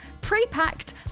pre-packed